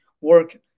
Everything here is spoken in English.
work